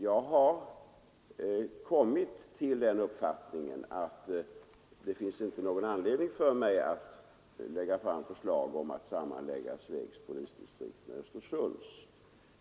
Jag har kommit fram till att det inte finns någon anledning att lägga fram förslag om sammanläggning av Svegs polisdistrikt med Östersunds.